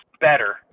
better